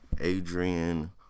Adrian